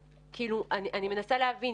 כדי להתחיל להבין מה קורה מסביב,